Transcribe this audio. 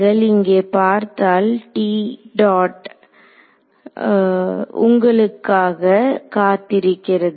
நீங்கள் இங்கே பார்த்தால் டாட் உங்களுக்காக காத்திருக்கிறது